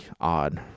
odd